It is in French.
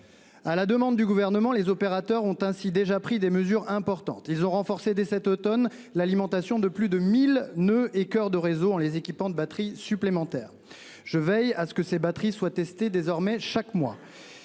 À la demande du gouvernement, les opérateurs ont ainsi déjà pris des mesures importantes, ils ont renforcé dès cet Automne l'alimentation de plus de 1000 ne est coeur de réseau, en les équipant de batterie supplémentaire je veille à ce que ces batteries soit testé désormais chaque mois